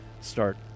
start